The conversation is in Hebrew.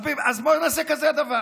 אז בואו נעשה כזה דבר: